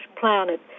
planet